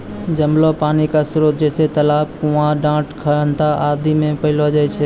जमलो पानी क स्रोत जैसें तालाब, कुण्यां, डाँड़, खनता आदि म पैलो जाय छै